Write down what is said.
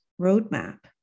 roadmap